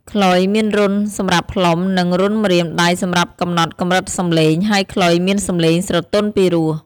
ខ្លុយមានរន្ធសម្រាប់ផ្លុំ និងរន្ធម្រាមដៃសម្រាប់កំណត់កម្រិតសំឡេង ហើយខ្លុយមានសំឡេងស្រទន់ពីរោះ។